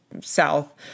south